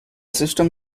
system